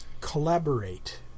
collaborate